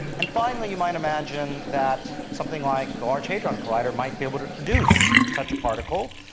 and finally you might imagine that something like the large hadron collider might be able to produce such a particle.